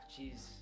jeez